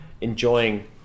enjoying